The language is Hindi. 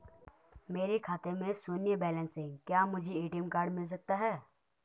मेरे खाते में शून्य बैलेंस है क्या मुझे ए.टी.एम कार्ड मिल सकता है?